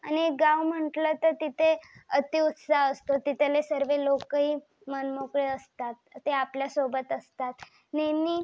आणि गाव म्हटलं तर तिथे अतिउत्साह असतो तिथले सर्व लोकंही मनमोकळे असतात ते आपल्या सोबत असतात नेहमी